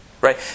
right